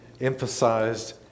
emphasized